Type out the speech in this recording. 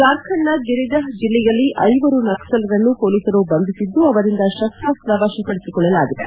ಜಾರ್ಖಂಡ್ನ ಗಿರಿದಿಹ್ ಜಿಲ್ಲೆಯಲ್ಲಿ ಐವರು ನಕ್ಸಲರನ್ನು ಮೊಲೀಸರು ಬಂಧಿಸಿದ್ದು ಅವರಿಂದ ಶಸ್ತಾಸ್ತ ವಶಪಡಿಸಿಕೊಳ್ಳಲಾಗಿದೆ